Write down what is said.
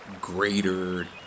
greater